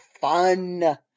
fun